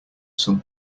some